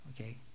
Okay